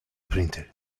printer